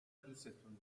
دوستون